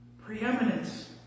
preeminence